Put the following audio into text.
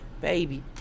Baby